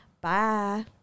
Bye